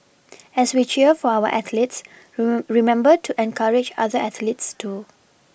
as we cheer for our athletes remember to encourage other athletes too